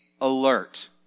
alert